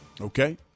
Okay